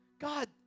God